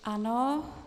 Ano.